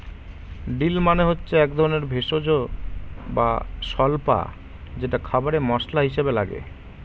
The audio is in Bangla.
ডিল মানে হচ্ছে একধরনের ভেষজ বা স্বল্পা যেটা খাবারে মসলা হিসেবে লাগে